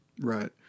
Right